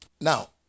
Now